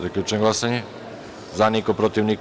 Zaključujem glasanje: za – niko, protiv – niko,